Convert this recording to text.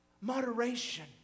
Moderation